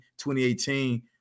2018